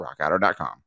rockauto.com